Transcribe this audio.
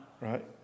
Right